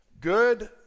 Good